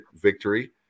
victory